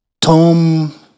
Tom